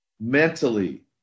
mentally